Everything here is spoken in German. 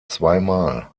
zweimal